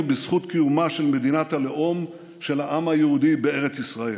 בזכות קיומה של מדינת הלאום של העם היהודי בארץ ישראל.